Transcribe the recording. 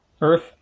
Earth